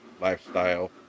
lifestyle